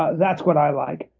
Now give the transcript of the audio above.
ah that's what i like.